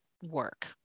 work